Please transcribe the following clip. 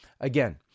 Again